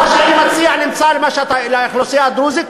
מה שאני מציע לאוכלוסייה הדרוזית,